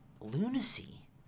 lunacy